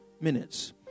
minutes